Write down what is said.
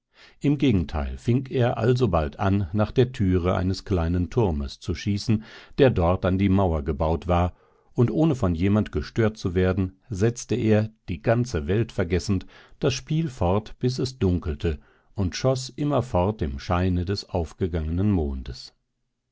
im gegenteil fing er alsobald an nach der türe eines kleinen turmes zu schießen der dort an die mauer gebaut war und ohne von jemand gestört zu werden setzte er die ganze welt vergessend das spiel fort bis es dunkelte und schoß immer fort im scheine des aufgegangenen mondes